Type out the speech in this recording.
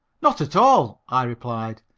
not at all, i replied,